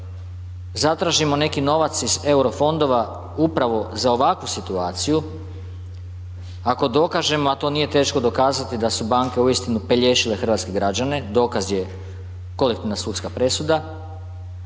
zatražimo neki novac iz Euro fondova upravo za ovakvu situaciju, ako dokažemo a to nije teško dokazati da su banke uistinu pelješile hrvatske građane, dokaz je kolektivna sudska presuda,